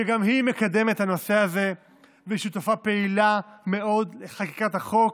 שגם היא מקדמת את הנושא הזה ושותפה פעילה מאוד לחקיקת החוק,